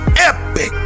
Epic